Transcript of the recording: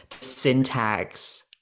syntax